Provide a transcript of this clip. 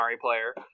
player